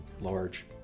large